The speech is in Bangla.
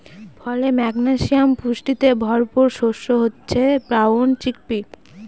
ফলে, ম্যাগনেসিয়াম পুষ্টিতে ভরপুর শস্য হচ্ছে ব্রাউন চিকপি